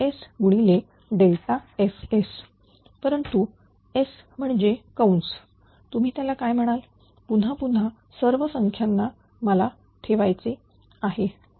S गुणिले f परंतु S म्हणजे कंस तुम्ही त्याला काय म्हणाल पुन्हा पुन्हा सर्व संख्यांना मला ठेवायचे आहे